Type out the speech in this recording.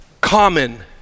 Common